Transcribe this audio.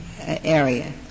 area